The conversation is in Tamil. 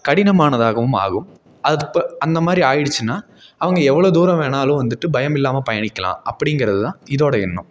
கடினமானதாகவும் ஆகும் அது ப அந்தமாதிரி ஆயிடுச்சின்னா அவங்க எவ்வளோ தூரம் வேணாலும் வந்துவிட்டு பயமில்லாம பயணிக்கலாம் அப்படிங்கிறது தான் இதோட எண்ணம்